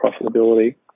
profitability